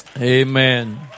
Amen